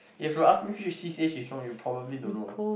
you have to ask me where is she stay she strong you probably don't know lah